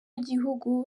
gihugu